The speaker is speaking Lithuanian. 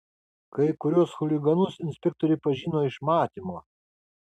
kai kuriuos chuliganus inspektoriai pažino iš matymo